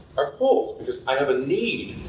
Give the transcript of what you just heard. i pull, because i have a need,